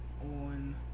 on